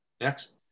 next